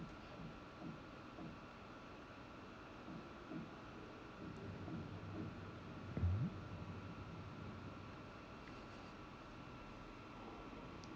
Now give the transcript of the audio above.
mmhmm